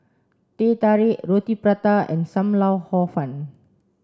Teh Tarik Roti Prata and Sam Lau Hor Fun